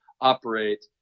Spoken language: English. operate